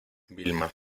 vilma